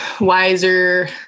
wiser